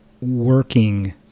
working